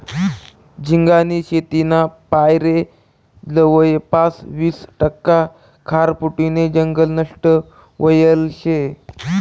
झिंगानी शेतीना पायरे जवयपास वीस टक्का खारफुटीनं जंगल नष्ट व्हयेल शे